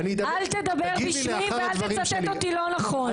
אל תדבר בשמי ואת תצטט אותי לא נכון.